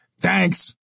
Thanks